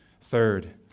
Third